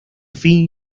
fin